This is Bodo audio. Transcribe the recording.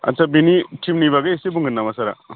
आच्चा बेनि टीमनि बागै एसे बुंगोन नामा सारआ